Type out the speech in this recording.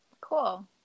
Cool